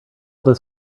this